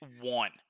one